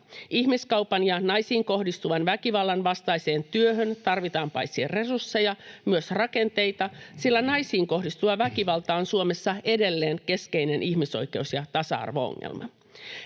Ihmiskaupan ja naisiin kohdistuvan väkivallan vastaiseen työhön tarvitaan paitsi resursseja myös rakenteita, sillä naisiin kohdistuva väkivalta on Suomessa edelleen keskeinen ihmisoikeus- ja tasa-arvo-ongelma.